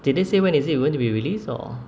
did they say when is it going to be released or